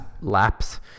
laps